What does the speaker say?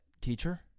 teacher